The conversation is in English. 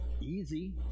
easy